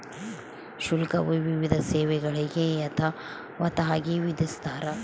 ಶುಲ್ಕವು ವಿವಿಧ ಸೇವೆಗಳಿಗೆ ಯಥಾವತ್ತಾಗಿ ವಿಧಿಸ್ತಾರ